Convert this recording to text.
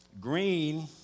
green